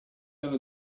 hanno